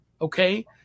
okay